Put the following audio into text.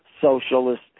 socialist